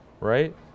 right